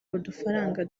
udufaranga